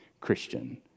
Christian